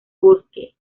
bosque